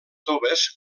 toves